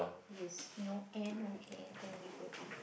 yes no air no air then we will be